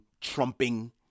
trumping